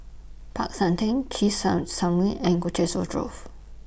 Peck San Theng Chesed Son Synagogue and Colchester Grove